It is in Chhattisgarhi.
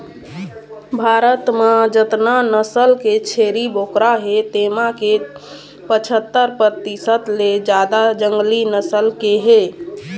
भारत म जतना नसल के छेरी बोकरा हे तेमा के पछत्तर परतिसत ले जादा जंगली नसल के हे